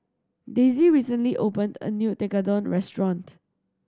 Daisy recently opened a new Tekkadon restaurant